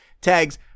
Tags